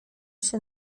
się